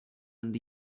and